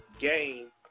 game